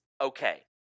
Okay